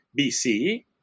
BC